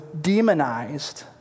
demonized